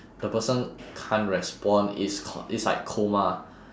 the person can't respond it's co~ it's like coma